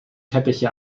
teppiche